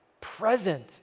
present